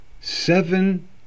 Seven